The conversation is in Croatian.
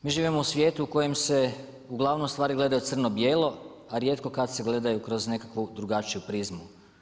Mi živimo u svijetu u kojem se ugl. stvari gledaju crno bijelo, a rijetko kad se gledaju kroz nekakvu drugačiju prizmu.